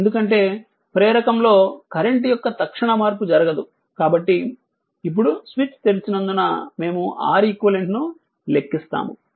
ఎందుకంటే ప్రేరకంలో కరెంట్ యొక్క తక్షణ మార్పు జరగదు కాబట్టి ఇప్పుడు స్విచ్ తెరిచి నందున మేము Req ను లెక్కిస్తాము